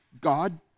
God